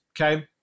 okay